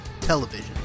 television